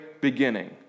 beginning